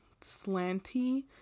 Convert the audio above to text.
slanty